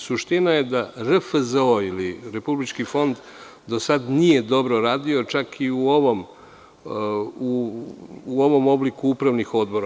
Suština je da RFZO ili Republički fond do sada nije dobro radio, čak i u ovom obliku upravnih odbora.